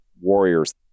warriors